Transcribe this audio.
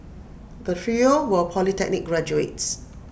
the trio were polytechnic graduates